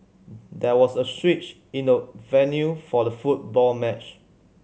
there was a switch in the venue for the football match